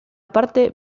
parte